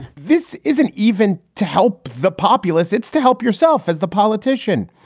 this isn't even to help the populace. it's to help yourself. as the politician,